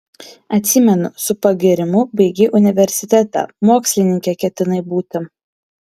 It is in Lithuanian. atsimenu su pagyrimu baigei universitetą mokslininke ketinai būti